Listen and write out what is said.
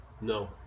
no